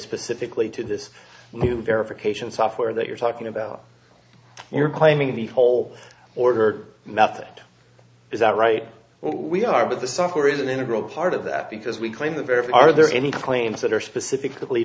specifically to this new verification software that you're talking about you're claiming the whole order method is that right we are but the software is an integral part of that because we claim the verify are there any claims that are specifically